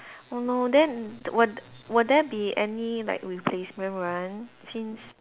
oh no then will will there be any like replacement run since